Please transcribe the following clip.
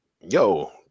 yo